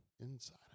inside